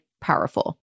powerful